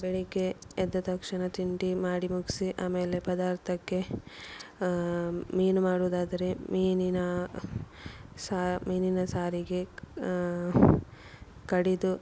ಬೆಳಗ್ಗೆ ಎದ್ದ ತಕ್ಷಣ ತಿಂಡಿ ಮಾಡಿ ಮುಗಿಸಿ ಆಮೇಲೆ ಪದಾರ್ಥಕ್ಕೆ ಮೀನು ಮಾಡುವುದಾದರೆ ಮೀನಿನ ಸಾ ಮೀನಿನ ಸಾರಿಗೆ ಕಡೆದು